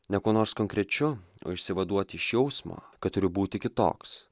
ne kuo nors konkrečiu o išsivaduot iš jausmo kad turi būti kitoks